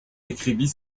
écrivit